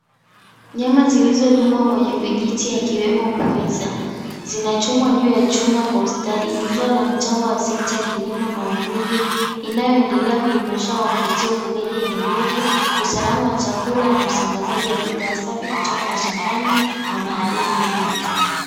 Nyama zilizodungwa kwenye vijiti akiwemo pweza. Zinachomwa juu ya chuma kwa ustadi. Ni zao la mchango wa sekta ya kilimo na uvuvi, inayoendelea kuimarishwa kwa kupitia ufugaji endelevu, usalama wa chakula na usambazaji wa bidhaa safi kutoka mashambani na baharini hadi mezani.